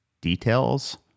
details